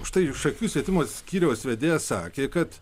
štai šakių švietimo skyriaus vedėjas sakė kad